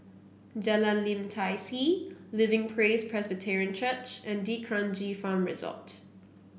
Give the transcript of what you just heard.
Jalan Lim Tai See Living Praise Presbyterian Church and D'Kranji Farm Resort